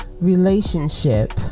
relationship